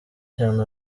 cyane